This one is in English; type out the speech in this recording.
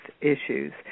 issues